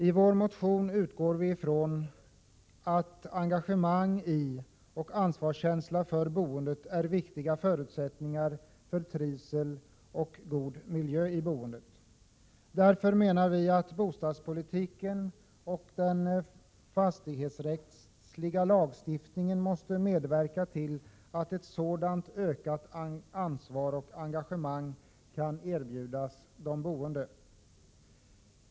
I vår motion utgår vi ifrån att engagemang i och ansvarskänsla för boendet är viktiga förutsättningar för trivsel och god miljö i boendet. Därför menar vi att bostadspolitiken och den fastighetsrättsliga lagstiftningen måste medverka till att ett sådant ökat ansvar och engagemang kan erbjudas de boende.